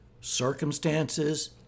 circumstances